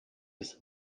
des